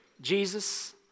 Jesus